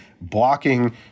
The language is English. blocking